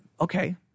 Okay